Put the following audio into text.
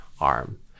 arm